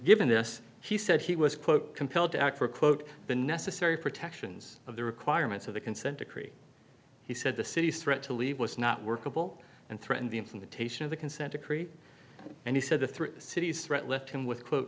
given this he said he was quote compelled to act for quote the necessary protections of the requirements of the consent decree he said the city's threat to leave was not workable and threatened the implementation of the consent decree and he said the three cities threat left him with quote